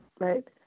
Right